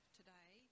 today